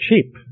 cheap